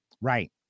Right